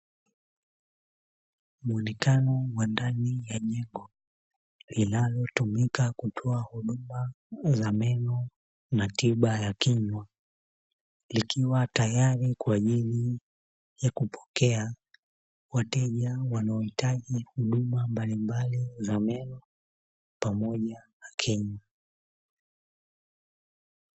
Muonekano wa ndani ya jengo linalotumika kutoa huduma za meno na tiba ya kinywa. Likiwa tayari kwa ajili ya kupokea wateja wanaohitaji huduma mbalimbali za meno pamoja na kinywa.